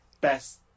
best